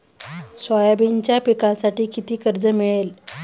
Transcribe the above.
सोयाबीनच्या पिकांसाठी किती कर्ज मिळेल?